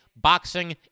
boxing